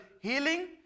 healing